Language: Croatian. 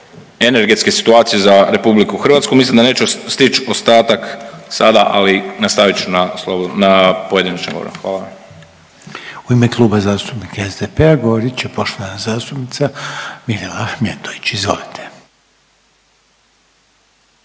energetske situacije za RH. Mislim da neću stići ostatak sada, ali nastavit ću na pojedinačnom govoru. Hvala. **Reiner, Željko (HDZ)** U ime Kluba zastupnika SDP-a govorit će poštovana zastupnica Mirela Ahmetović. Izvolite.